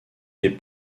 des